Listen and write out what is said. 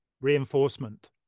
Reinforcement